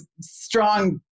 strong